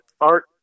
art